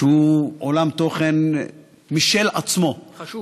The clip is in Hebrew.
שהוא עולם תוכן משל עצמו, חשוב.